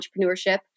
entrepreneurship